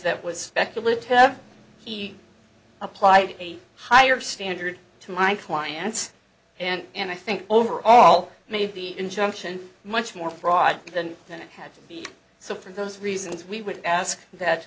that was speculative he applied a higher standard to my clients and i think overall made the injunction much more fraught than it had to be so for those reasons we would ask that